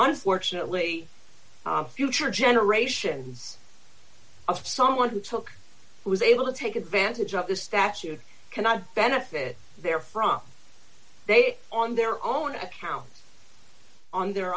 unfortunately on future generations of someone who took who was able to take advantage of this statute cannot benefit there from they on their own account on their